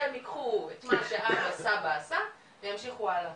שהם יקחו את מה שאבא, סבא, עשה, וימשיכו הלאה.